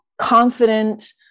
confident